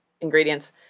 ingredients